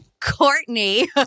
Courtney